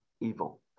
evil